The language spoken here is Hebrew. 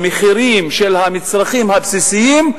למחירים של המצרכים הבסיסיים,